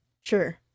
Sure